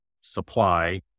supply